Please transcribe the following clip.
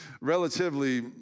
relatively